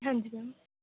ਹਾਂਜੀ ਮੈਮ